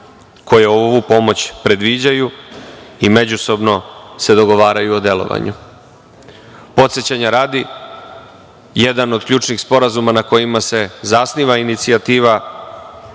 koje ovu pomoć predviđaju i međusobno se dogovaraju o delovanju. Podsećanja radi, jedan od ključnih sporazuma na kojima se zasniva inicijativa